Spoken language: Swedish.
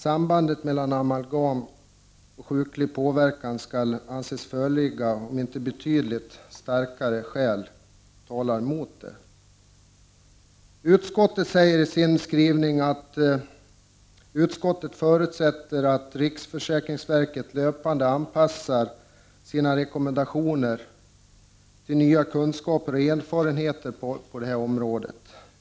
Sambandet mellan amalgam och sjuklig påverkan skall anses föreligga om inte betydligt starkare skäl talar emot det. Utskottet säger i sin skrivning att ”utskottet förutsätter att riksförsäkringsverket löpande anpassar sina rekommendationer till nya kunskaper och erfarenheter på området”.